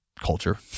culture